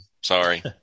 sorry